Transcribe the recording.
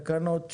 הצבעה תקנות 30,